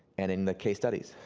and in the case studies,